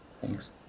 Thanks